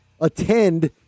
attend